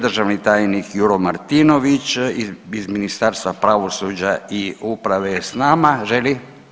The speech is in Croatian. Državni tajnik Juro Martinović iz Ministarstva pravosuđa i uprave je s nama, želi?